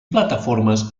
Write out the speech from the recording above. plataformes